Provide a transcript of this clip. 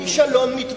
זה כישלון מתמשך.